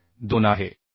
72 आहे